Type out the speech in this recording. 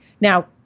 Now